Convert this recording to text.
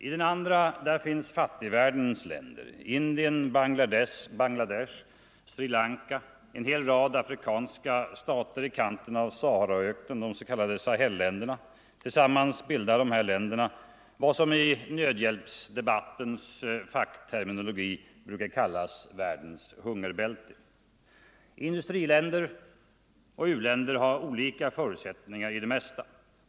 I den andra finns fattigvärldens länder, Indien, Bangladesh, Sri Lanka, en hel rad afrikanska stater i kanten av Saharaöknen, de s.k. Sahelländerna. Tillsammans bildar dessa länder vad som i nödhjälpsdebattens fackterminologi brukar kallas världens hungerbälte. Industriländer och u-länder har olika förutsättningar i det mesta.